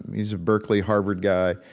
he's a berkeley-harvard guy,